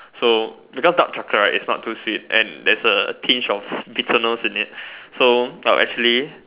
so because dark chocolate right its not too sweet and there is a hinge of bitterness in it so I'll actually